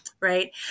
Right